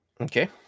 Okay